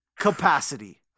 capacity